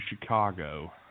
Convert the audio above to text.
Chicago